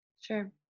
Sure